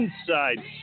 Inside